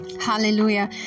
Hallelujah